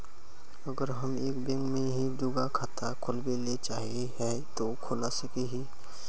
अगर हम एक बैंक में ही दुगो खाता खोलबे ले चाहे है ते खोला सके हिये?